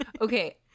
Okay